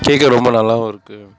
கேட்க ரொம்ப நல்லாவும் இருக்குது